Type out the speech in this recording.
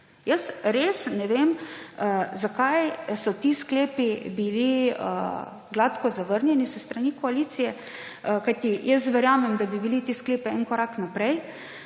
Jaz res ne vem, zakaj so bili ti sklepi gladko zavrnjeni s strani koalicije, kajti jaz verjamem, da bi bili ti sklepi en korak naprej.